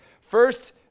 First